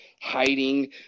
hiding